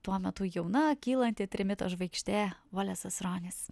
tuo metu jauna kylanti trimito žvaigždė volesas ronis